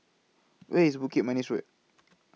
Where IS Bukit Manis Road